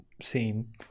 scene